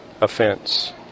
offense